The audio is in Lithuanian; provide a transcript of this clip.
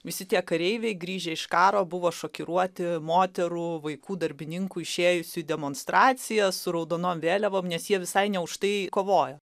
visi tie kareiviai grįžę iš karo buvo šokiruoti moterų vaikų darbininkų išėjusių į demonstraciją su raudonom vėliavom nes jie visai ne už tai kovojo